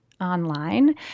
online